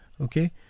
Okay